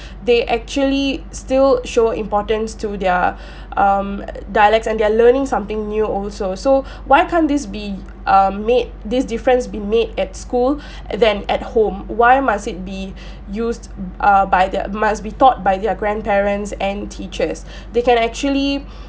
they actually still show importance to their um dialects and they're learning something new also so why can this be um made this difference be made at school then at home why must it be used err by the must be taught by their grandparents and teachers they can actually